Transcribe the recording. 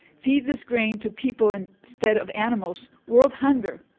feed this grain to people and instead of animals, world hunger,